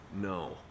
No